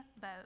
boat